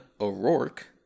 O'Rourke